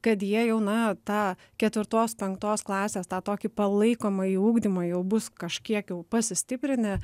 kad jie jau na tą ketvirtos penktos klasės tą tokį palaikomąjį ugdymą jau bus kažkiek jau pasistiprinę